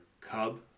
Cub